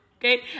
okay